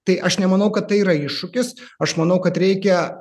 tai aš nemanau kad tai yra iššūkis aš manau kad reikia